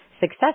Success